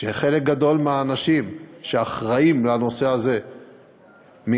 שחלק גדול מהאנשים שאחראים לנושא הזה מייצגים